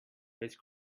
please